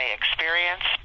experience